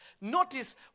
Notice